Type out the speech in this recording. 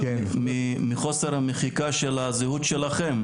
מחוסר המחיקה של הזהות שלכם,